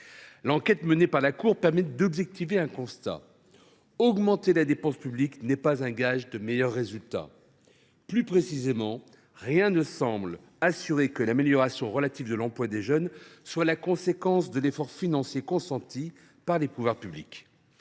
L’enquête menée par la Cour permet d’objectiver un constat : augmenter la dépense publique n’est pas un gage de meilleurs résultats. Plus précisément, rien ne semble assurer que l’amélioration relative de l’emploi des jeunes soit la conséquence de l’effort financier consenti par les pouvoirs publics.